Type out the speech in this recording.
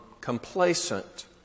complacent